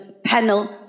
panel